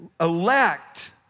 elect